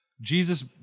Jesus